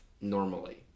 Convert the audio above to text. normally